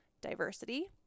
diversity